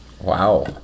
Wow